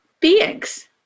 beings